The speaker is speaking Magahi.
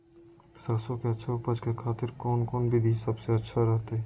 सरसों के अच्छा उपज करे खातिर कौन कौन विधि सबसे अच्छा रहतय?